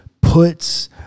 puts